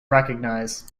recognise